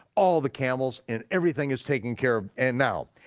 all the camels, and everything is taken care of and now.